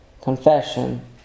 confession